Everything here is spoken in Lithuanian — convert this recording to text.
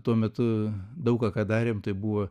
tuo metu daug ką ką darėm tai buvo